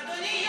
אדוני,